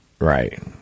right